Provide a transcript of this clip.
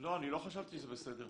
לא, אני לא חשבתי שזה בסדר.